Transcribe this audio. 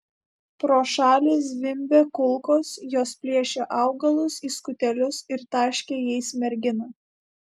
pro šalį zvimbė kulkos jos plėšė augalus į skutelius ir taškė jais merginą